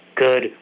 good